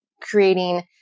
creating